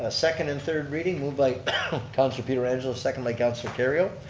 ah second and third reading moved by councilor pietrangelo, second like councilor kerrio.